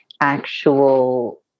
actual